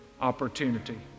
opportunity